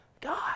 God